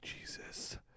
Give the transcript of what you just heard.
Jesus